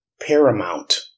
paramount